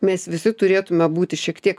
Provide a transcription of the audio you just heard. mes visi turėtume būti šiek tiek